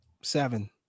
seven